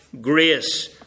grace